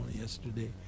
yesterday